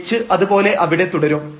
h അതുപോലെ അവിടെ തുടരും